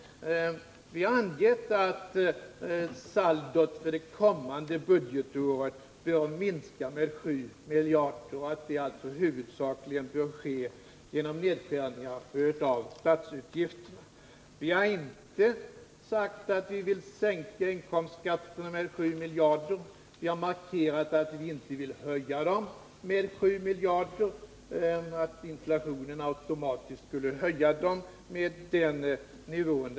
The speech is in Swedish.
Vi har angett att saldot för det kommande budgetåret bör minska med 7 miljarder och att det huvudsakligen bör ske genom nedskärning av statsutgifterna. Vi har inte sagt att vi vill sänka inkomstskatterna med 7 miljarder. Vi har markerat att vi inte vill höja dem med 7 miljarder men att inflationen automatiskt skulle höja dem till den nivån.